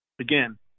again